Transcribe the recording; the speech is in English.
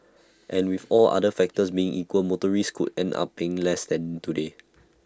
and with all other factors being equal motorists could end up paying less than today